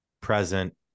present